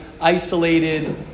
isolated